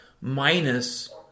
minus